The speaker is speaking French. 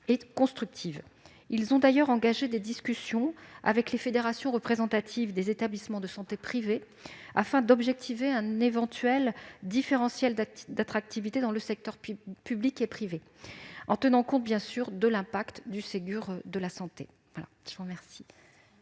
et constructives. Ils ont d'ailleurs engagé des discussions avec les fédérations représentatives des établissements de santé privés, afin d'objectiver un éventuel différentiel d'attractivité entre secteur public et secteur privé, en tenant compte, bien sûr, de l'impact du Ségur de la santé.